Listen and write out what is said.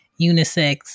unisex